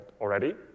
already